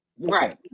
right